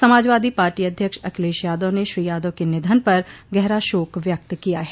Samajwadi party अध्यक्ष अखिलेश यादव ने श्री यादव के निधन पर गहरा शोक व्यक्त किया है